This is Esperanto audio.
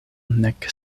nek